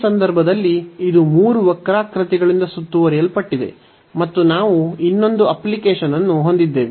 ಈ ಸಂದರ್ಭದಲ್ಲಿ ಇದು ಮೂರು ವಕ್ರಾಕೃತಿಗಳಿಂದ ಸುತ್ತುವರಿಯಲ್ಪಟ್ಟಿದೆ ಮತ್ತು ನಾವು ಇನ್ನೊಂದು ಅಪ್ಲಿಕೇಶನ್ ಅನ್ನು ಹೊಂದಿದ್ದೇವೆ